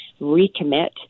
recommit